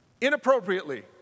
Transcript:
inappropriately